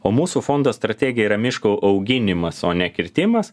o mūsų fondo strategija yra miško auginimas o ne kirtimas